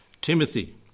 Timothy